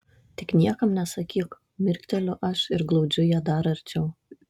tik niekam nesakyk mirkteliu aš ir glaudžiu ją dar arčiau